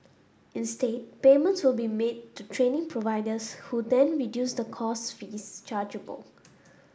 instead payments will be made to training providers who then reduce the course fees chargeable